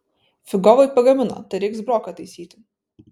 figovai pagamino tai reiks broką taisyti